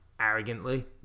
arrogantly